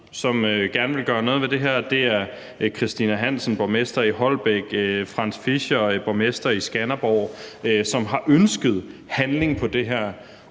som gerne vil gøre noget ved det her. Det er Christina Krzyrosiak Hansen, borgmester i Holbæk, og Frands Fischer, borgmester i Skanderborg, som har ønsket handling på det her.